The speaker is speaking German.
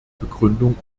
begründung